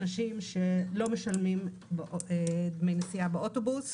אנשים שלא משלמים דמי נסיעה באוטובוס